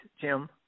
Jim